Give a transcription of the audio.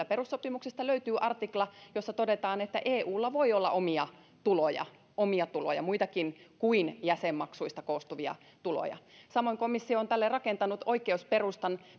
perussopimuksista löytyy artikla jossa todetaan että eulla voi olla omia tuloja omia tuloja muitakin kuin jäsenmaksuista koostuvia tuloja samoin komissio on tälle rakentanut oikeusperustan